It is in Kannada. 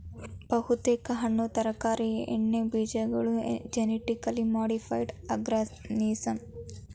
ಬಹುತೇಕ ಹಣ್ಣು ತರಕಾರಿ ಎಣ್ಣೆಬೀಜಗಳು ಜೆನಿಟಿಕಲಿ ಮಾಡಿಫೈಡ್ ಆರ್ಗನಿಸಂ